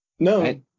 No